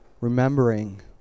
Remembering